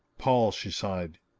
paul, she sighed,